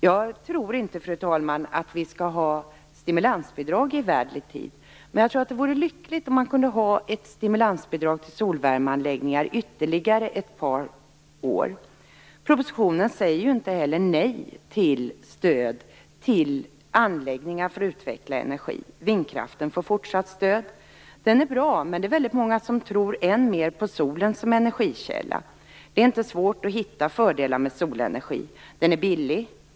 Jag tror inte att man skall ha stimulansbidrag i evärdlig tid, men det vore nog lyckligt om det fanns stimulansbidrag till solvärmeanläggningar i ytterligare ett par år. I propositionen säger man inte heller nej till stöd till anläggningar för att utveckla energi. Vindkraften får fortsatt stöd. Den är bra, men det är väldigt många som tror än mer på solen som energikälla. Det är inte svårt att hitta fördelar med solenergi. Den är billig.